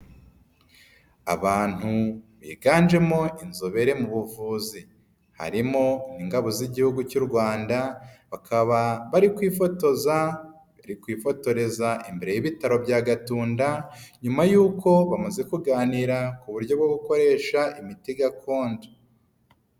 Abantu biganjemo inzobere mu buvuzi, harimo n'ingabo z'Igihugu cy'u Rwanda bakaba bari kwifotoza, bari kwifotoreza imbere y'ibitaro bya Gatunda nyuma y'uko bamaze kuganira ku buryo bwo gukoresha imiti gakondo.